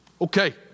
Okay